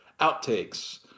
outtakes